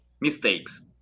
mistakes